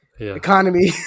economy